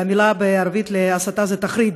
והמילה בערבית להסתה זה "תחריד",